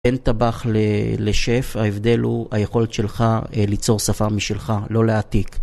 אין טבח לשף, ההבדל הוא היכולת שלך ליצור שפה משלך, לא להעתיק.